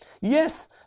yes